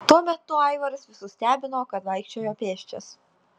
tuo metu aivaras visus stebino kad vaikščiojo pėsčias